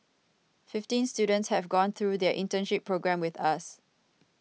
fifteen students have gone through their internship programme with us